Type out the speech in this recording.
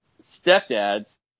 stepdad's